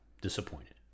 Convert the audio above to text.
disappointed